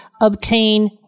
obtain